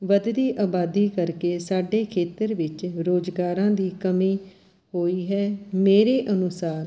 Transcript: ਵੱਧਦੀ ਆਬਾਦੀ ਕਰਕੇ ਸਾਡੇ ਖੇਤਰ ਵਿੱਚ ਰੁਜ਼ਗਾਰਾਂ ਦੀ ਕਮੀ ਹੋਈ ਹੈ ਮੇਰੇ ਅਨੁਸਾਰ